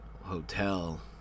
hotel